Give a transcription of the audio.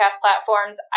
platforms